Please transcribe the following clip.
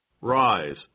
Rise